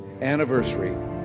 anniversary